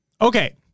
Okay